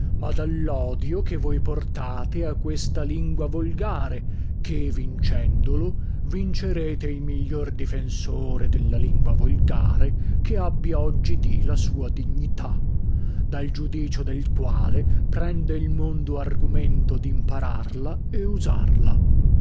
ma dallodio che voi portate a questa lingua volgare ché vincendolo vincerete il miglior difensore della lingua volgare che abbia oggidì la sua dignità dal giudicio del quale prende il mondo argumento dimpararla e usarla